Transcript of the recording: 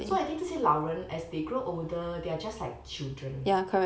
所以 I think 这些老人 as they grow older they are just like children